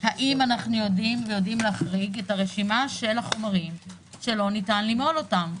האם אנחנו יודעים להחריג את הרשימה של החומרים שלא ניתן למהול אותם?